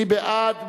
מי בעד?